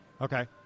Okay